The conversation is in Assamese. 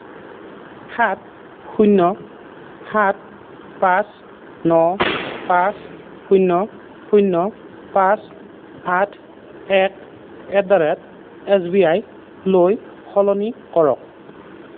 সাত শূণ্য সাত পাঁচ ন পাঁচ শূণ্য শূণ্য পাঁচ আঠ এক at the rate S B আইলৈ সলনি কৰক